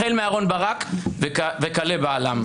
החל מאהרן ברק וכלה באל"מ.